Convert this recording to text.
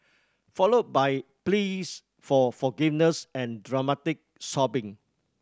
followed by pleas for forgiveness and dramatic sobbing